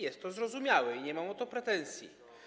Jest to zrozumiałe i nie mam o to pretensji.